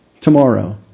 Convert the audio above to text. tomorrow